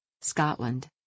Scotland